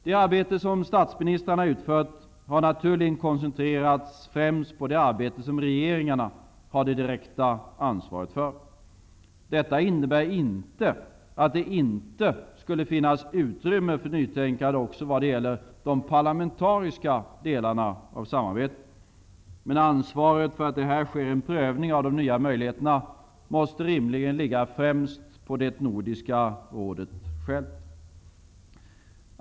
Det arbete som statsministrarna har utfört har naturligen koncentrerats främst på det arbete som regeringarna har det direkta ansvaret för. Detta innebär inte att det inte skulle finnas utrymme för nytänkande också i vad gäller de parlamentariska delarna av samarbetet. Men ansvaret för att det här sker en prövning av de nya möjligheterna måste rimligen ligga främst på Nordiska rådet självt.